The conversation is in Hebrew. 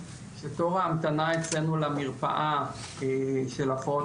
שתור ההמתנה אצלנו למרפאה של הפרעות